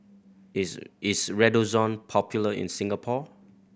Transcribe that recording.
is is Redoxon popular in Singapore